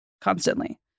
constantly